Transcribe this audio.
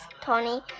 Tony